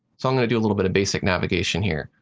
so i'm going to do a little bit of basic navigation here.